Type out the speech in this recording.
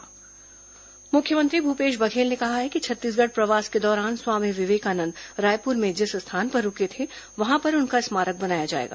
मुख्यमंत्री स्वामी विवेकानंद मुख्यमंत्री भूपेश बघेल ने कहा है कि छत्तीसगढ़ प्रवास के दौरान स्वामी विवेकानंद रायपुर में जिस स्थान पर रूके थे वहां पर उनका स्मारक बनाया जाएगा